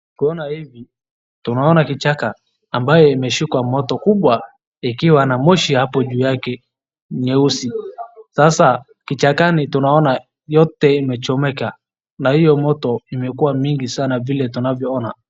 Tunaona kichaka ambayo imeshika moto kubwa ikiwa na moshi hapo juu yake nyeusi. Sasa kichakani tunaona yote imechomeka na hiyo moto imekuwa mingi sana vile tunavyoona.